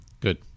Good